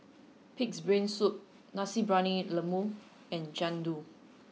Pig'S Brain Soup Nasi Briyani Lembu and Jian Dui